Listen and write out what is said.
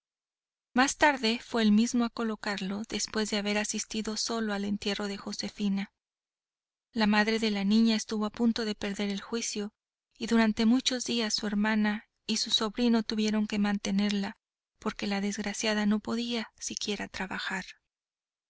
más tarde fue él mismo a colocarlo después de haber asistido solo al entierro de josefina la madre de la niña estuvo a punto de perder el juicio y durante muchos días su hermana y su sobrino tuvieron que mantenerla porque la desgraciada no podía siquiera trabajar